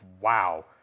wow